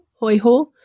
Hoiho